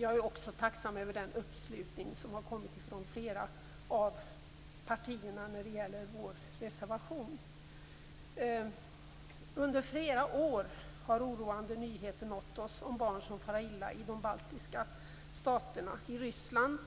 Jag är också tacksam för uppslutningen från flera av partierna till vår reservation. Under flera år har oroande nyheter nått oss om barn som far illa i de baltiska staterna, i Ryssland